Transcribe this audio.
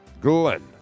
Glenn